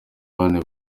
bane